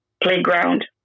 playground